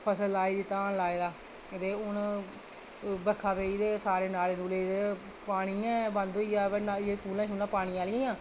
फसल लाई दी धान लाएदा ते हून बरखा पेई ते सारे नाज़ रुलै ते पानी गै बंद होई जा एह् कूह्लां पानी आह्लियां